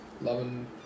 Loving